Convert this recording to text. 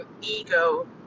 ego